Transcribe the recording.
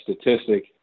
statistic